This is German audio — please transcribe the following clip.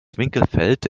winkelfeld